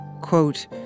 Quote